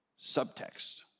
subtext